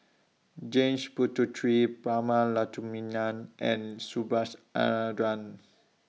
James Puthucheary Prema Letchumanan and Subhas Anandan